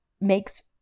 makes